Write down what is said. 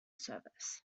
service